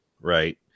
right